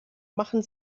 machen